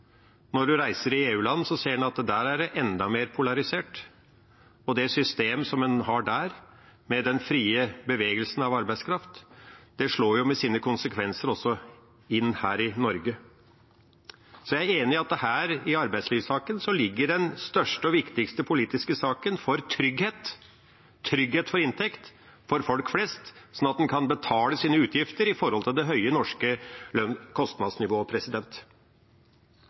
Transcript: Når man reiser i EU-land, ser man at der er det enda mer polarisert. Det system som man har der, med den frie bevegelsen av arbeidskraft, slår jo med sine konsekvenser inn også her i Norge. Så jeg er enig i at her i arbeidslivssaken ligger den største og viktigste politiske saken for trygghet, trygghet for inntekt for folk flest, sånn at man med det høye norske kostnadsnivået kan betale sine utgifter.